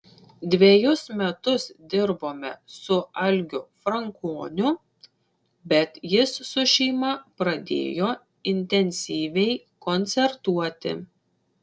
dvejus metus dirbome su algiu frankoniu bet jis su šeima pradėjo intensyviai koncertuoti